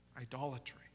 idolatry